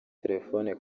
telefoni